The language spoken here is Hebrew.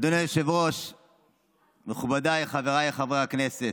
אדוני היושב-ראש, מכובדיי, חבריי חברי הכנסת,